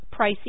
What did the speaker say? pricey